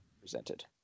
presented